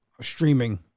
streaming